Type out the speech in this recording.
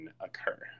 occur